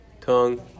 tongue